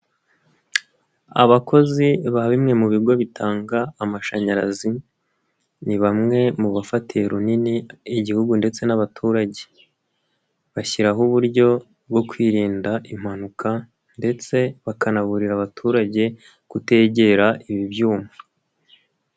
Abakozi ba bimwe mu bigo bitanga amashanyarazi, ni bamwe mu bafatiye runini igihugu ndetse n'abaturage. Bashyiraho uburyo bwo kwirinda impanuka ndetse bakanaburira abaturage kutegera ibi byuma.